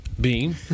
Bean